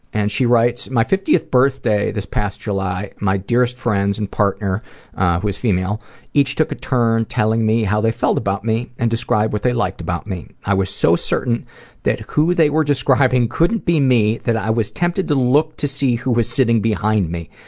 and she writes, my fiftieth birthday this past july, my dearest friends and partner who is female each took a turn telling me how they felt about me and describe what they liked about me. i was so certain that who they were describing couldn't be me that i was tempted to look to see who was sitting behind me.